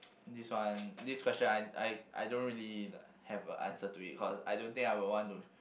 this one this question I I I don't really have a answer to it cause I don't think I will want to